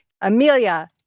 Amelia